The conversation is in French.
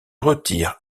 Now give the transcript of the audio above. retire